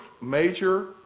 major